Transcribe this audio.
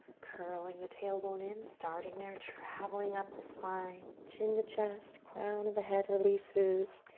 curling the tailbone in, starting there, traveling up the spine chin to chest, crown of the head releases,